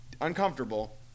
uncomfortable